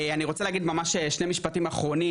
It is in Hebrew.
אני רוצה להגיד שני משפטים אחרונים.